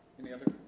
any other